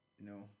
No